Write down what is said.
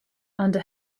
under